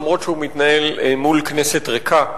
אף-על-פי שהוא מתנהל מול כנסת ריקה,